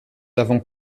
avons